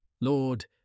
Lord